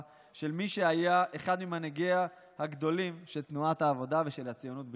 של מי שהיה אחד ממנהיגיה הגדולים של תנועת העבודה ושל הציונות בכלל.